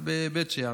בבית שאן.